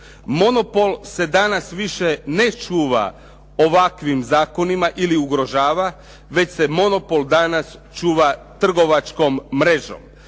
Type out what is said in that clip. Monopol se danas više ne čuva ovakvim zakonima ili ugrožava već se monopol danas čuva trgovačkom mrežom.